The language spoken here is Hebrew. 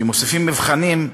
שמוסיפים מבחנים,